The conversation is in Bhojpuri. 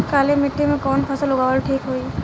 काली मिट्टी में कवन फसल उगावल ठीक होई?